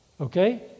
Okay